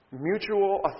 mutual